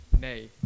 nay